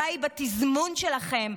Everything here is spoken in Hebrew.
הבעיה היא בתזמון שלכם,